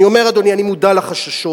אני אומר, אדוני, אני מודע לחששות.